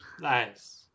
Nice